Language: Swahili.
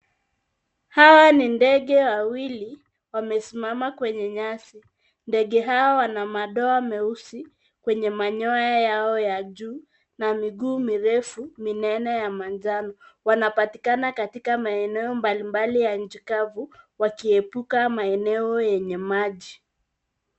Hawa ni ndege wawili wamesimama kwenye nyasi. Ndege hao wana madoa meusi wenye manyoya yao ya juu na miguu mirefu minene ya manjano. Wanapatikana katika maeneo mbalimbali ya nchi kavu, wakiepuka maeneo yenye maji.